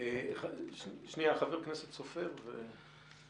חבר הכנסת סופר, בבקשה.